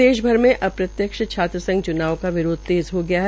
देश भर अप्रत्यक्ष छात्र संघ च्नाव का विरोध तेज़ हो गया है